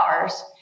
hours